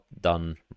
done